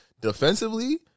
defensively